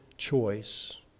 choice